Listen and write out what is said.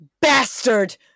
bastard